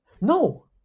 No